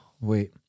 Wait